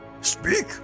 Speak